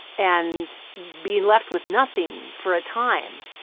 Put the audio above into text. and be left with nothing for a time,